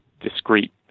discrete